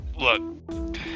Look